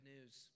news